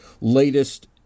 latest